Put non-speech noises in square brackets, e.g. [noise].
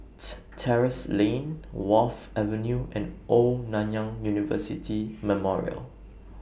[unintelligible] Terrasse Lane Wharf Avenue and Old Nanyang University Memorial